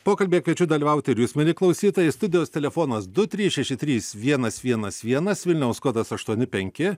pokalbyje kviečiu dalyvauti ir jūs mieli klausytojai studijos telefonas du trys šeši trys vienas vienas vienas vilniaus kodas aštuoni penki